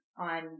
on